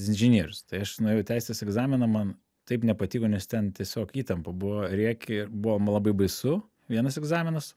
jis inžinierius tai aš nuėjau į teisės egzaminą man taip nepatiko nes ten tiesiog įtampa buvo rėkė buvo labai baisu vienas egzaminas